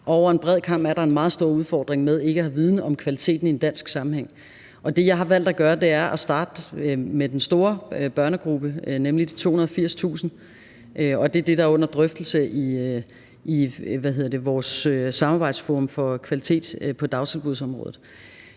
Over en bred kam er der en meget stor udfordring med ikke at have viden om kvaliteten i en dansk sammenhæng. Det, jeg har valgt at gøre, er at starte med den store børnegruppe, nemlig de 280.000, og det er det, der er under drøftelse i vores samarbejdsforum for kvalitet på dagtilbudsområdet.